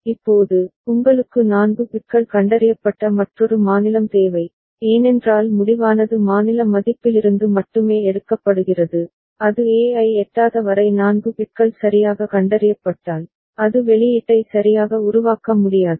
இப்போது உங்களுக்கு 4 பிட்கள் கண்டறியப்பட்ட மற்றொரு மாநிலம் தேவை ஏனென்றால் முடிவானது மாநில மதிப்பிலிருந்து மட்டுமே எடுக்கப்படுகிறது அது e ஐ எட்டாத வரை 4 பிட்கள் சரியாக கண்டறியப்பட்டால் அது வெளியீட்டை சரியாக உருவாக்க முடியாது